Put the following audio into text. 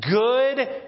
good